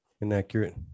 inaccurate